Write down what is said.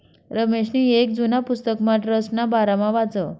रमेशनी येक जुना पुस्तकमा ट्रस्टना बारामा वाचं